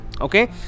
Okay